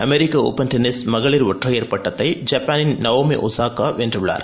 அமெரிக்க open tennis மகளிர் ஒற்றையர் பட்டத்தை ஜப்பானின் நவோமி ஒசாகா வென்றுள்ளார்